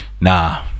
Nah